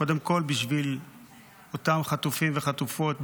קודם כול בשביל אותם חטופים וחטופות,